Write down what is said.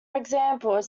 example